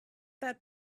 that